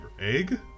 egg